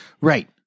Right